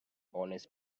honest